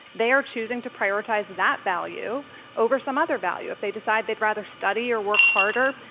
they are choosing to prioritize that value over some other value. if they decide they'd rather study or work harder,